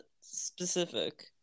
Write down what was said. specific